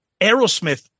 Aerosmith